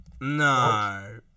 No